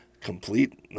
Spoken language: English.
complete